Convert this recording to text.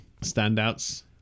standouts